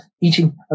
eating